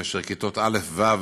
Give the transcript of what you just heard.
כאשר כיתות א' ו'